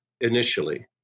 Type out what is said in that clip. initially